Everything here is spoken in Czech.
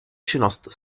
činnost